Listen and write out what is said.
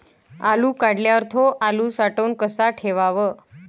आलू काढल्यावर थो आलू साठवून कसा ठेवाव?